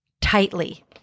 tightly